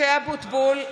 משה אבוטבול,